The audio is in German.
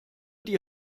die